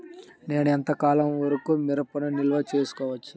నేను ఎంత కాలం వరకు మిరపను నిల్వ చేసుకోవచ్చు?